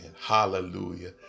Hallelujah